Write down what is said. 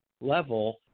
level